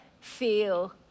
feel